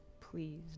Please